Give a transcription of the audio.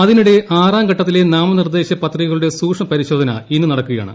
അതിനിടെ ആറാം ഘട്ടത്തിലെ ത്ാമനിർദ്ദേശ പത്രികകളുടെ സൂക്ഷ്മ പരിശോധന ഇന്ന് നടക്കുകയാണ്